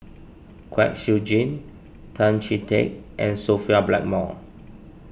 Kwek Siew Jin Tan Chee Teck and Sophia Blackmore